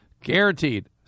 Guaranteed